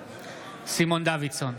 סימון דוידסון,